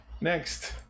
Next